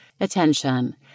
Attention